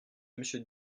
monsieur